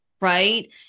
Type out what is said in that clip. right